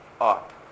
up